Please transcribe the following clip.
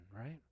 right